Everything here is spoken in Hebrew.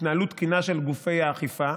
התנהלות תקינה של גופי האכיפה,